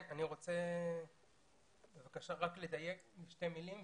אני רוצה לדייק בשתי מילים.